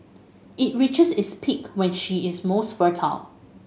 it reaches its peak when she is most fertile